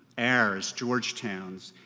ours, georgetown's,